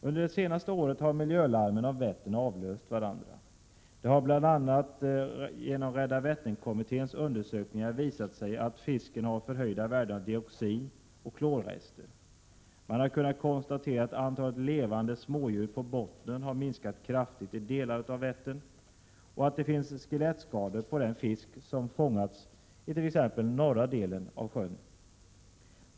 Under de senaste åren har miljölarmen om Vättern avlöst varandra. Det har genom bl.a. Rädda Vättern-kommitténs undersökningar visat sig att fisken har förhöjda värden av dioxin och klorrester. Man har kunnat konstatera att antalet levande smådjur på bottnen har minskat kraftigt i delar av Vättern och att t.ex. den fisk som fångas i norra delen av sjön uppvisar skelettskador.